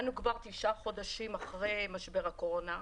אנחנו כבר תשעה חודשים אחרי משבר הקורונה.